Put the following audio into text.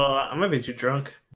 um ah be too drunk